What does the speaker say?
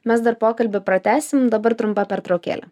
mes dar pokalbį pratęsim dabar trumpa pertraukėlė